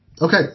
Okay